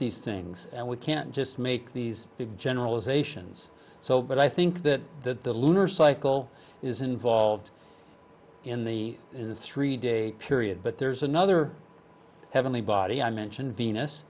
these things and we can't just make these big generalisations so but i think that the lunar cycle is involved in the three day period but there's another heavenly body i mentioned venus